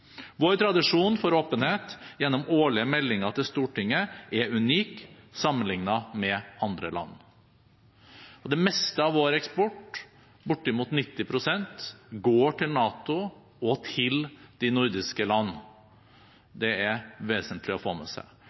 Vår tradisjon for åpenhet gjennom årlige meldinger til Stortinget er unik sammenlignet med andre land. Det meste av vår eksport, bortimot 90 pst., går til NATO og til de nordiske land. Det er vesentlig å få med seg.